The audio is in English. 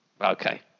Okay